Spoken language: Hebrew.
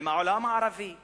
עם העולם הערבי והמוסלמי.